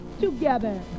together